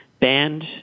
banned